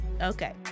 Okay